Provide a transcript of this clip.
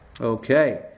Okay